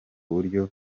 buryo